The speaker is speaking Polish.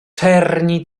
czerni